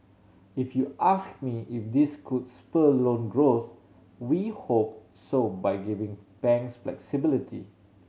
if you ask me if this could spur loan growth we hope so by giving banks flexibility